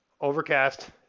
overcast